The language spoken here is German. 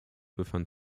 befand